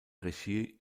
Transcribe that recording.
regie